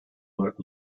olarak